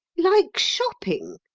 like shopping!